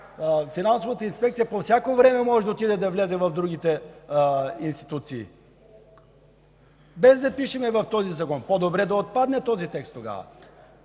Финансовата инспекция по всяко време може да отиде и да влезе в другите институции и без да пишем в този Закон. По-добре да отпадне този текст тогава.